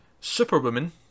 Superwoman